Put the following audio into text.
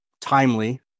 timely